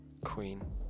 queen